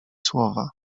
słowa